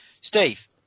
Steve